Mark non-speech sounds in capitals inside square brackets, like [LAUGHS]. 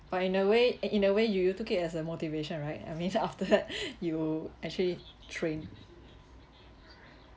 but in a way in a way you you took it as a motivation right I mean so after that [LAUGHS] you actually train